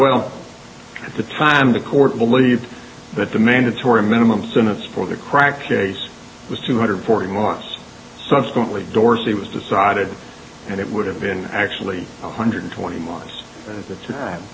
well at the time the court believed that the mandatory minimum sentence for the crack ca's was two hundred forty months subsequently dorsey was decided and it would have been actually one hundred twenty months at the time